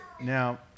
Now